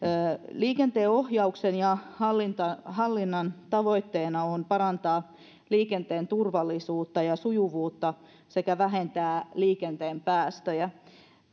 liikenteen ohjauksen ja hallinnan tavoitteena on parantaa liikenteen turvallisuutta ja sujuvuutta sekä vähentää liikenteen päästöjä